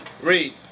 Read